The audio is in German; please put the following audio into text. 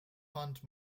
fand